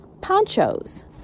ponchos